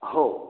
हो